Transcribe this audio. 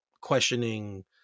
questioning